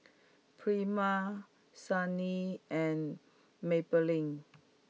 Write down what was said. Prima Sony and Maybelline